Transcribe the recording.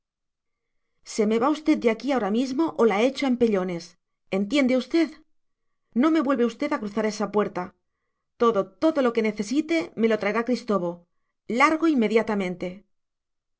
se me va usted de aquí ahora mismo o la echo a empellones entiende usted no me vuelve usted a cruzar esa puerta todo todo lo que necesite me lo traerá cristobo largo inmediatamente